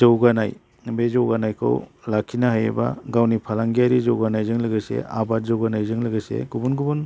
जौगानाय बे जौगानायखौ लाखिनो हायोबा गावनि फालांगियारि जौगानायजों लोगोसे आबाद जौगानायजों लोगोसे गुबुन गुबुन